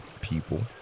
people